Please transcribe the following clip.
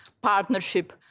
partnership